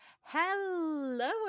Hello